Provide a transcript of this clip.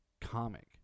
comic